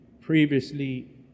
previously